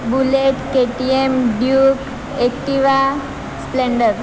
bullet KTM duke Activa splendor